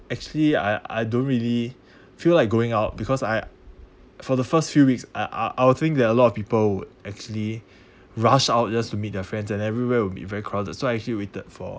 actually I I don't really feel like going out because I for the first few weeks I I I would think there're a lot of people would actually rush out just to meet their friends and everywhere will be very crowded so I actually waited for